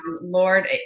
lord